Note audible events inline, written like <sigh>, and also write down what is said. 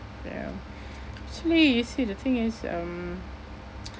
ya actually you see the thing is um <noise>